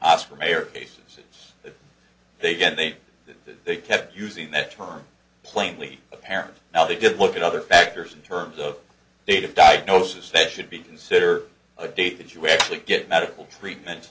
oscar mayer basis they get they they kept using that term plainly apparent now they did look at other factors in terms of date of diagnosis that should be consider a date that you actually get medical treatment